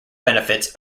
benefits